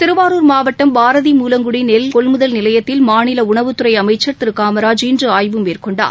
திருவாரூர் மாவட்டம் பாரதிமூலங்குடிநெல் கொள்முதல் நிலையத்தில் மாநிலஉணவுத்துறைஅமைச்சர் திருகாமராஜ் இன்றுஆய்வு மேற்கொண்டார்